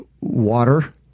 water